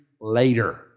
later